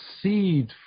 seed